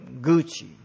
Gucci